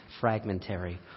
fragmentary